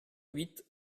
huit